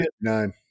nine